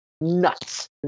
nuts